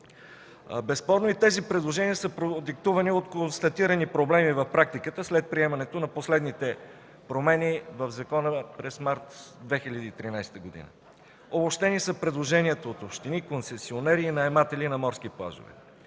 Безспорно и тези предложения са продиктувани от констатирани проблеми в практиката след приемането на последните промени в закона през месец март 2013 г. Обобщени са предложенията от общини, концесионери и наематели на морски плажове.